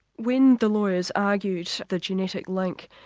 when the lawyers argued the genetic link,